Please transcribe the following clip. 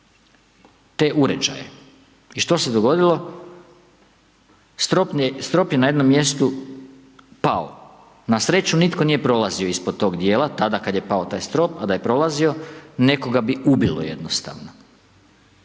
te uređaje. I što se dogodilo? Strop je na jednom mjestu pao. Na sreću nitko nije prolazio ispod tog djela tada kad je pao taj strop a da je prolazio, nekoga bi ubilo jednostavno.